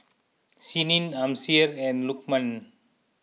Senin Amsyar and Lukman